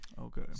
Okay